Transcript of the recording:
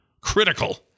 critical